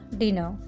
dinner